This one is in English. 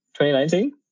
2019